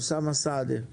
אוסאמה סעדי,